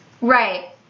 Right